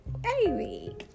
baby